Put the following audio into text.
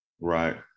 Right